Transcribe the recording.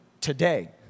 today